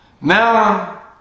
Now